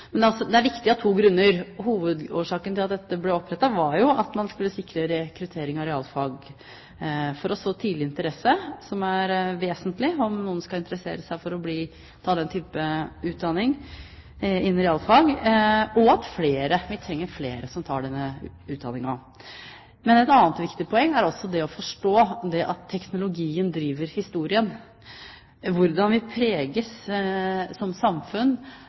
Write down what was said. er viktige av to grunner. Hovedårsaken til at de ble opprettet, var at man skulle sikre rekrutteringen til realfag ved å så tidlig interesse, som er vesentlig om noen skal ha interesse for å ta utdanning innen realfag, og at vi trenger flere som tar denne utdanningen. Et annet viktig poeng er det å forstå at teknologien driver historien. Hvordan vi er som samfunn,